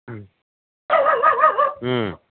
ꯎꯝ ꯎꯝ